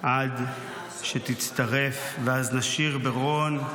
עד שתצטרף // ואז נשיר ברון,